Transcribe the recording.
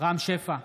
רם שפע,